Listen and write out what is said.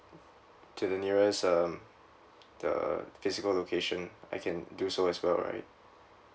to the nearest um the physical location I can do so as well right